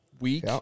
week